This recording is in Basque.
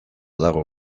dago